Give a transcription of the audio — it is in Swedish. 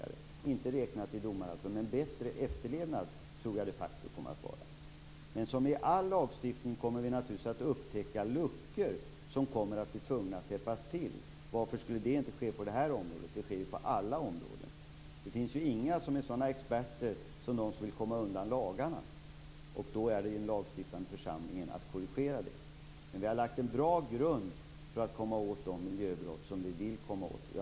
Inte räknat i domar, men bättre efterlevnad tror jag det de facto kommer att vara. Men som i all lagstiftning kommer vi naturligtvis att upptäcka luckor som vi kommer att bli tvungna att täppa till. Varför skulle det inte ske på det här området, det sker ju på alla områden. Det finns inga som är sådana experter som de som vill komma undan lagarna. Då ankommer det på den lagstiftande församlingen att korrigera det. Men vi har lagt en bra grund för att komma åt de miljöbrott som vi vill komma åt.